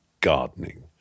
gardening